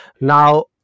now